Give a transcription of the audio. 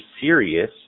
serious